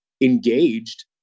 engaged